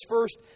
first